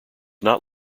not